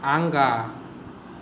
आगाँ